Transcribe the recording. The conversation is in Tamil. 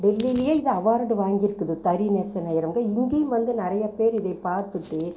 டெல்லியிலையே இது அவார்ட் வாங்கியிருக்குது தறி நெச நெய்கிறவங்க இங்கேயும் வந்து நிறைய பேர் இதை பார்த்துட்டு